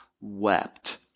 wept